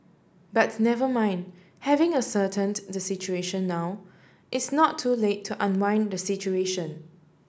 but never mind having ascertained the situation now it's not too late to unwind the situation